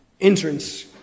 entrance